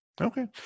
Okay